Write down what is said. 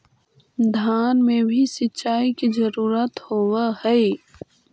धान मे भी सिंचाई के जरूरत होब्हय?